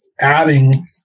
adding